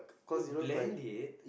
you blend it